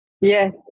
Yes